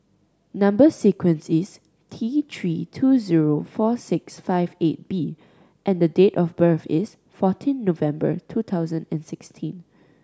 number sequence is T Three two zero four six five eight B and date of birth is fourteen November two thousand and sixteen